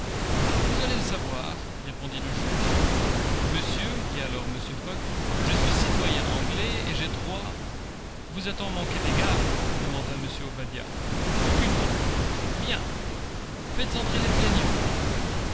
vous allez le savoir répondit le juge monsieur dit alors mr fogg je suis citoyen anglais et j'ai droit vous a-t-on manqué d'égards demanda mr obadiah aucunement bien faites entrer les plaignants